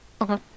okay